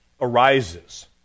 arises